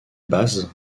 bases